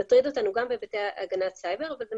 זה מטריד אותנו גם בהיבטי הגנת סייבר אבל זה